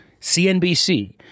CNBC